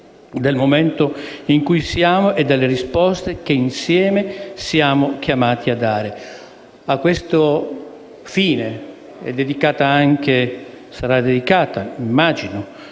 del momento in cui siamo e delle risposte che insieme siamo chiamati a dare. A questo fine immagino